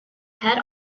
head